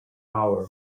hour